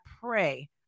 pray